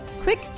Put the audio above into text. Quick